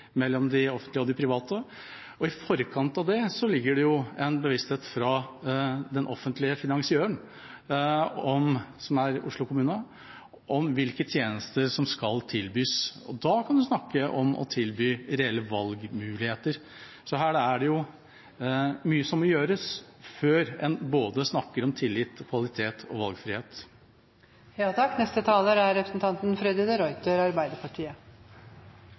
forkant av det ligger det en bevissthet fra den offentlige finansiøren, som er Oslo kommune, om hvilke tjenester som skal tilbys. Da kan man snakke om å tilby reelle valgmuligheter. Her er det mye som må gjøres, før en kan snakke om både tillit, kvalitet og valgfrihet. Hvis en hadde brukt noen av de